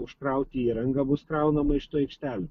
užkrauti įranga bus kraunama iš tų aikštelių